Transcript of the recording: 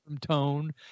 tone